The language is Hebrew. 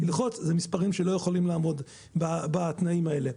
זה מספרים שלא יכולים לעמוד בתנאים האלה.